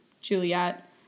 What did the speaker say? Juliet